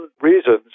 reasons